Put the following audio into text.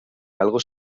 algo